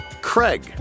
Craig